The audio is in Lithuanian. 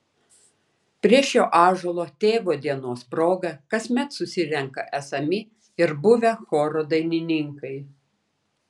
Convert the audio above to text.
prie šio ąžuolo tėvo dienos proga kasmet susirenka esami ir buvę choro dainininkai